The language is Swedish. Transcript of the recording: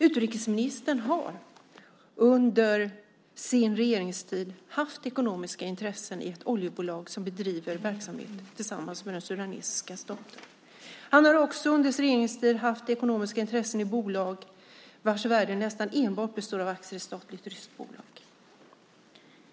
Utrikesministern har under sin regeringstid haft ekonomiska intressen i ett oljebolag som bedriver verksamhet tillsammans med den sudanesiska staten. Han har också under sin regeringstid haft ekonomiska intressen i bolag vars värde nästan enbart består av aktier i ett statligt ryskt bolag.